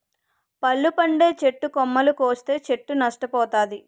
పళ్ళు పండే చెట్టు కొమ్మలు కోస్తే చెట్టు నష్ట పోతాది